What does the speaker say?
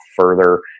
further